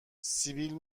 سیبیل